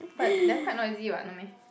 but they're quite noisy [what] no meh